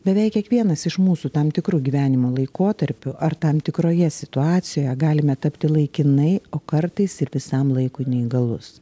beveik kiekvienas iš mūsų tam tikru gyvenimo laikotarpiu ar tam tikroje situacioe galime tapti laikinai o kartais ir visam laikui neįgalus